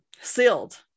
sealed